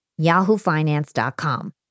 yahoofinance.com